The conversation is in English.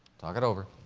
talk it over.